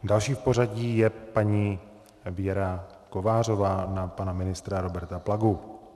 Další v pořadí je paní Věra Kovářová na pana ministra Roberta Plagu.